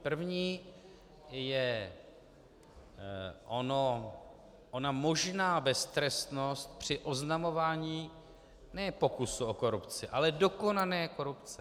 První je ona možná beztrestnost při oznamování ne pokusu o korupci, ale dokonané korupce.